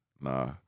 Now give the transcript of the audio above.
Nah